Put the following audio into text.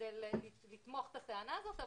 כדי לתמוך את הטענה הזאת,